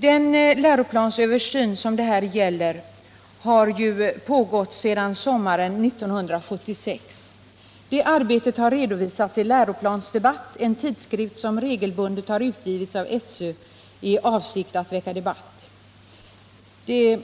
Den läroplansöversyn som det här gäller har pågått sedan sommaren 1976. Det arbetet har redovisats i Läroplansdebatt, en tidskrift som regelbundet har utgetts av SÖ i avsikt att väcka debatt. Jag